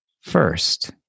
first